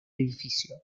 edificio